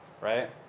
right